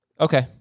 Okay